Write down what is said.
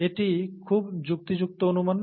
এটি খুব যুক্তিযুক্ত অনুমান